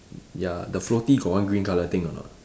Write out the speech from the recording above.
ya the floaty got one green colour thing or not